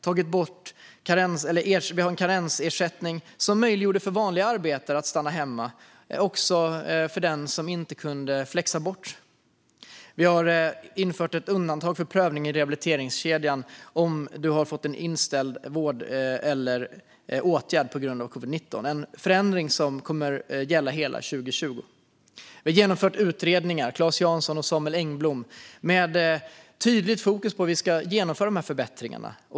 Vi har infört en karensersättning som möjliggjorde för vanliga arbetare, också för dem som inte kan flexa, att stanna hemma. Vi har också infört ett undantag för prövning mot rehabiliteringskedjan om man har drabbats av inställd vård eller åtgärd på grund av covid-19. Det är en förändring som kommer att gälla hela 2022. Vi har genomfört utredningar, med hjälp av utredarna Claes Jansson och Samuel Engblom, med tydligt fokus på hur vi ska genomföra förbättringarna.